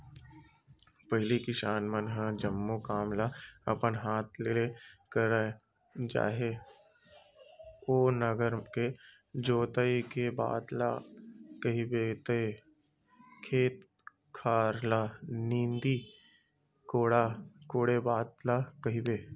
पहिली किसान मन ह जम्मो काम ल अपन हात ले करय चाहे ओ नांगर के जोतई के बात ल कहिबे ते खेत खार ल नींदे कोड़े बात ल कहिबे